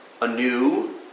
anew